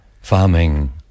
farming